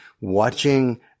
watching